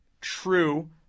true